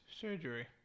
surgery